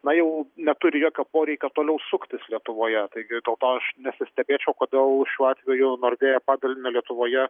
na jau neturi jokio poreikio toliau suktis lietuvoje taigi dėl to aš nesistebėčiau kodėl šiuo atveju nordėja padalinio lietuvoje